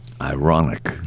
Ironic